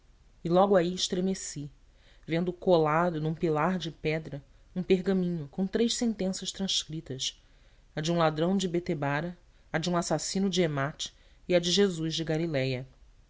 e logo aí estremeci vendo colado num pilar de pedra um pergaminho com três sentenças transcritas a de um ladrão de betebara a de um assassino de emá e a de jesus de galiléia